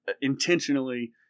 intentionally—